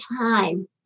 time